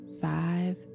five